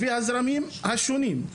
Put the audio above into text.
לפי הזרמים השונים.